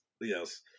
Yes